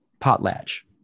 potlatch